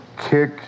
kick